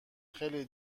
خیلی